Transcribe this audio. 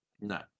No